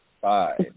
Five